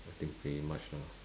I think pretty much lah